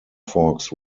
forks